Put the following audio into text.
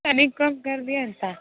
कनि कम कर दिऔ ने तब